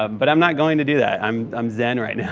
um but i'm not going to do that. i'm i'm zen right now.